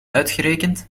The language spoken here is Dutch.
uitgerekend